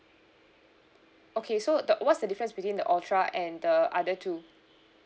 okay so the what's the difference between the ultra and the other two